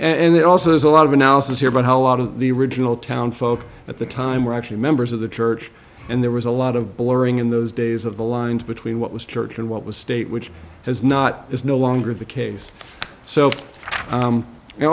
and they also there's a lot of analysis here about how a lot of the original town folk at the time were actually members of the church and there was a lot of blurring in those days of the lines between what was church and what was state which has not is no longer the case so